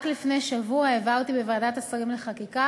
רק לפני שבוע העברתי בוועדת השרים לחקיקה